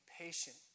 patient